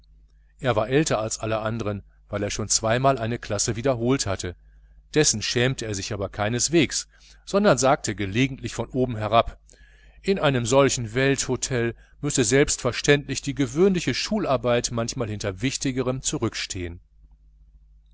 er war älter und größer als alle andern weil er schon zweimal eine klasse repetiert hatte dessen schämte er sich aber keineswegs sondern sagte gelegentlich von oben herab in solch einem welthotel müsse selbstverständlich die gewöhnliche schularbeit manchmal hinter wichtigerem zurückstehen